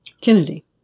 Kennedy